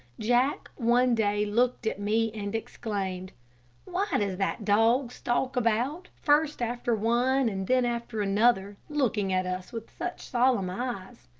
jack one day looked at me, and exclaimed why does that dog stalk about first after one and then after another, looking at us with such solemn eyes?